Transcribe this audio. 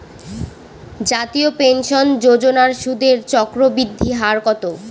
জাতীয় পেনশন যোজনার সুদের চক্রবৃদ্ধি হার কত?